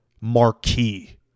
marquee